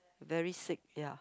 very sick ya